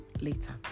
later